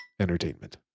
entertainment